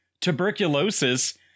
tuberculosis